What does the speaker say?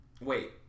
Wait